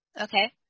Okay